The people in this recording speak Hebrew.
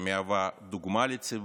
שמהווה דוגמה לציבור,